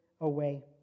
away